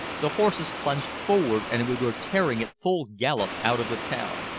the horses plunged forward and we were tearing at full gallop out of the town.